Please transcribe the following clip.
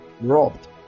robbed